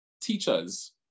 teachers